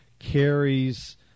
carries